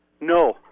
No